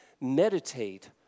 meditate